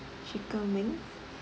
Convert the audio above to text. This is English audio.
chicken wings